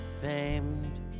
famed